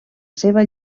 seva